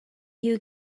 you